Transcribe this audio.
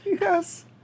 yes